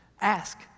Ask